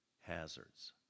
hazards